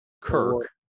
Kirk